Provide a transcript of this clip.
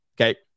Okay